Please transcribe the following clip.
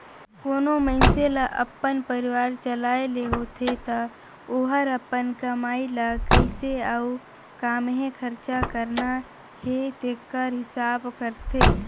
कोनो मइनसे ल अपन परिवार चलाए ले होथे ता ओहर अपन कमई ल कइसे अउ काम्हें खरचा करना हे तेकर हिसाब करथे